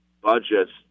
budgets